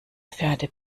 pferde